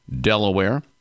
Delaware